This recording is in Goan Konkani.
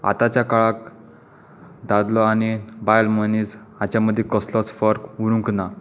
आताच्या काळांत दादलो आनी बायल मनीस हाच्यामदीं कसलोच फरक उरूंक ना